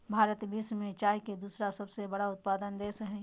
भारत विश्व में चाय के दूसरा सबसे बड़ा उत्पादक देश हइ